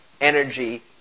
energy